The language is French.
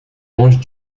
mange